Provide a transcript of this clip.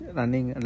running